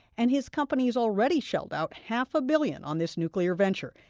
and his company's already shelled out half a billion on this nuclear venture,